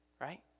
right